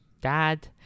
dad